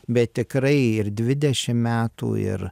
bet tikrai ir dvidešim metų ir